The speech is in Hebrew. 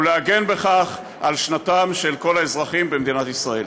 ולהגן בכך על שנתם של כל האזרחים במדינת ישראל.